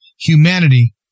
humanity